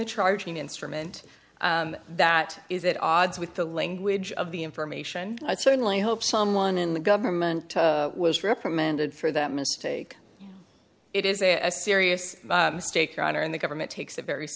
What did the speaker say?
the charging instrument that is it odds with the language of the information i certainly hope someone in the government was reprimanded for that mistake it is a serious mistake your honor and the government takes it very